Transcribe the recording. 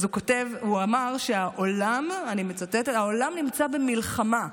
אז הוא אמר, אני מצטטת: העולם נמצא במלחמה.